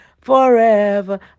forever